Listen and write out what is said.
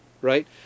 right